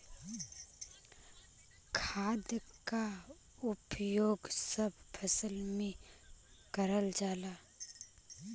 खाद क उपयोग सब फसल में करल जाला